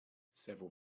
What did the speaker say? several